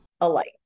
alike